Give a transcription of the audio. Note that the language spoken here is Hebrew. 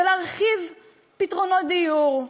ולהרחיב פתרונות דיור,